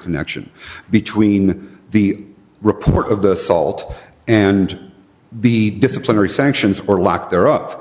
connection between the report of the salt and be disciplinary sanctions or lack thereof